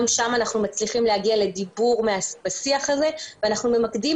גם שם אנחנו מצליחים להגיע לשיח הזה ואנחנו ממקדים